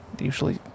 usually